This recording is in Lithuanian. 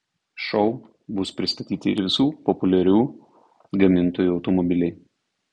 šou bus pristatyti ir visų populiarių gamintojų automobiliai